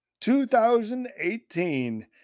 2018